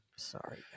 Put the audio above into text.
sorry